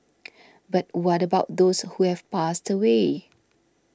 but what about those who have passed away